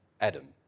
Adam